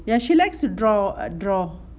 ya she likes to draw err draw